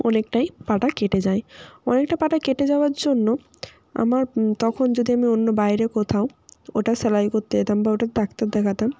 অনেকটাই পাটা কেটে যায় অনেকটা পাটা কেটে যাওয়ার জন্য আমার তখন যদি আমি অন্য বাইরে কোথাও ওটার সেলাই করতে যেতাম বা ওটার ডাক্তার দেখাতাম